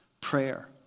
Prayer